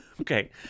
Okay